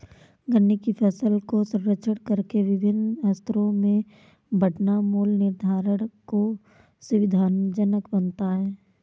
गन्ने की फसल का सर्वेक्षण करके विभिन्न स्तरों में बांटना मूल्य निर्धारण को सुविधाजनक बनाता है